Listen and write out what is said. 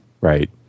right